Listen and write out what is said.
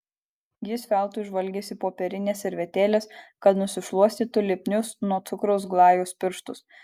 jis veltui žvalgėsi popierinės servetėlės kad nusišluostytų lipnius nuo cukraus glajaus pirštus